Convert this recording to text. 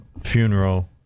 funeral